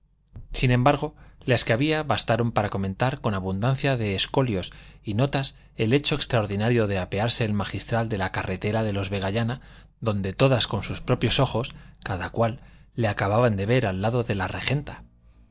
sin embargo las que había bastaron para comentar con abundancia de escolios y notas el hecho extraordinario de apearse el magistral de la carretela de los vegallana donde todas con sus propios ojos cada cual le acababan de ver al lado de la regenta